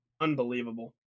Unbelievable